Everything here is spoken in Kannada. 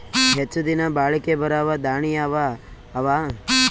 ಹೆಚ್ಚ ದಿನಾ ಬಾಳಿಕೆ ಬರಾವ ದಾಣಿಯಾವ ಅವಾ?